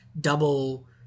double